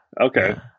Okay